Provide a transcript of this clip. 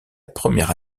première